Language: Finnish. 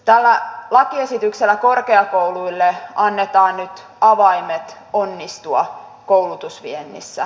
tällä lakiesityksellä korkeakouluille annetaan nyt avaimet onnistua koulutusviennissä